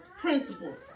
principles